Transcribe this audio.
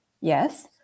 yes